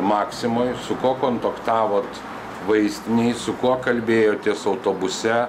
maksimoje su kuo kontaktavot vaistinėj su kuo kalbėjotės autobuse